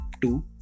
two